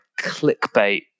clickbait